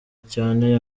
cyane